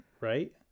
Right